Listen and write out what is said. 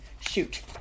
Shoot